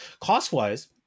cost-wise